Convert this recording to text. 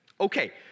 Okay